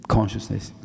Consciousness